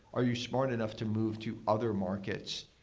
are you smart enough to move to other markets?